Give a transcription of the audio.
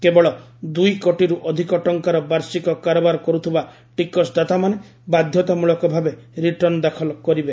କେବଳ ଦୁଇକୋଟିରୁ ଅଧିକ ଟଙ୍କାର ବାର୍ଷିକ କାରବାର କରୁଥିବା ଟିକସଦାତାମାନେ ବାଧ୍ୟତାମୂଳକ ଭାବେ ରିଟର୍ଣ୍ଣ ଦାଖଲ କରିବେ